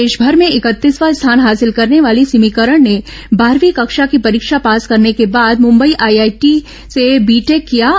देशभर में इकतीसवां स्थान हासिल करने वाली सिमी करण ने बारहवीं कक्षा की परीक्षा पास करने के बाद मुंबई आईआईटी से बीटेक किया है